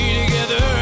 together